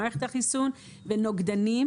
מערכת החיסון ונוגדנים.